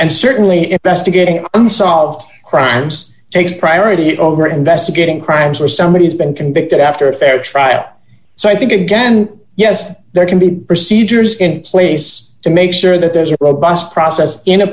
and certainly it's best to get an unsolved crimes take priority over investigating crimes where somebody has been convicted after a fair trial so i think again yes there can be procedures in place to make sure that there's a robust process in a